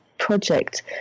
project